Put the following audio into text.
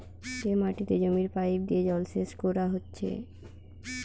যে মাটিতে জমির পাইপ দিয়ে জলসেচ কোরা হচ্ছে